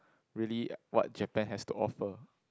really what Japan has to offer